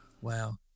Wow